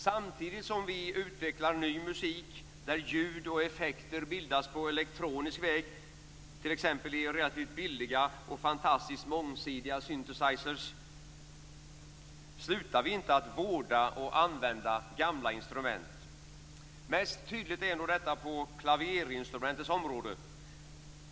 Samtidigt som vi utvecklar ny musik där ljud och effekter bildas på elektronisk väg, t.ex. i relativt billiga och fantastiskt mångsidiga synthesizers, slutar vi inte att vårda och använda gamla instrument. Mest tydligt är nog detta på klaverinstrumentens område.